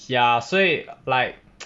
ya 所以 like